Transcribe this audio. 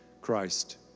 Christ